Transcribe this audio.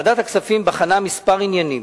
ועדת הכספים בחנה כמה עניינים.